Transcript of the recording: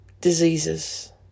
diseases